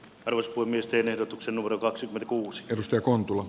ruisbuumin ehdotuksen urakaksi kuusitoista kontula